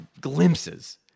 glimpses